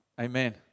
Amen